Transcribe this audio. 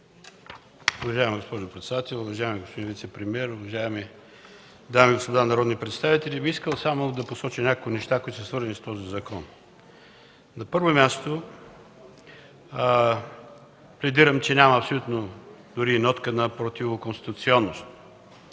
Уважаема госпожо председател, уважаеми господин вицепремиер, уважаеми дами и господа народни представители! Искам само да посоча някои неща, които са свързани с този закон. На първо място, пледирам, че няма дори и нотка на противоконституционност.